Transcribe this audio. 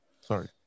Sorry